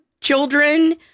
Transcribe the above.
children